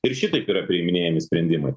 ir šitaip yra priiminėjami sprendimai